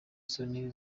isoni